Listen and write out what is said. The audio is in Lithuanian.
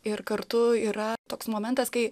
ir kartu yra toks momentas kai